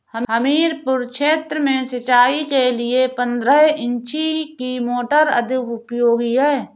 हमीरपुर क्षेत्र में सिंचाई के लिए पंद्रह इंची की मोटर अधिक उपयोगी है?